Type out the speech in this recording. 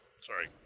Sorry